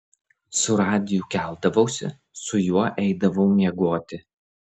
su radiju keldavausi su juo eidavau miegoti